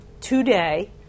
today